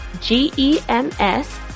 G-E-M-S